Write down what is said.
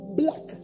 black